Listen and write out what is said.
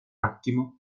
attimo